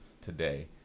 today